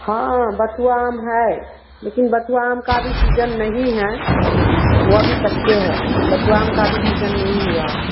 हँ हँ बथुआ आम है लेकिन बथुआ आम का अभी सीजन नहीं हैं वो अभी कच्चे है बथुआ आम का अभी सीजन नहीं हुआ है